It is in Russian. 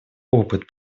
опыт